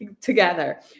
together